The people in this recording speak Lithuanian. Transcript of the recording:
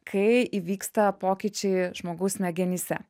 kai įvyksta pokyčiai žmogaus smegenyse